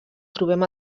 trobem